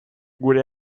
gure